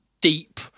deep